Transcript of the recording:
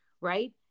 Right